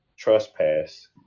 Trespass